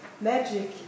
magic